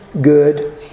good